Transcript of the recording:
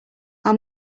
our